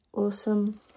awesome